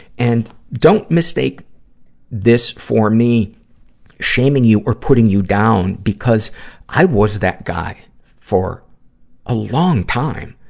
and, don't mistake this for me shaming you or putting you down because i was that guy for a long time.